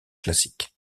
classiques